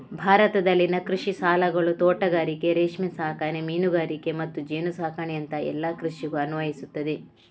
ಭಾರತದಲ್ಲಿನ ಕೃಷಿ ಸಾಲಗಳು ತೋಟಗಾರಿಕೆ, ರೇಷ್ಮೆ ಸಾಕಣೆ, ಮೀನುಗಾರಿಕೆ ಮತ್ತು ಜೇನು ಸಾಕಣೆಯಂತಹ ಎಲ್ಲ ಕೃಷಿಗೂ ಅನ್ವಯಿಸ್ತದೆ